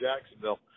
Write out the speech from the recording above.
Jacksonville